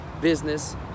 business